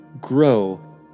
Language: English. grow